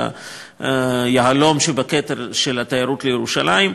היהלום שבכתר של התיירות לירושלים.